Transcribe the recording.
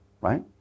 right